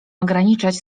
ograniczać